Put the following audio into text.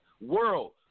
world